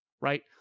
right